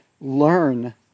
learn